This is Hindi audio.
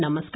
नमस्कार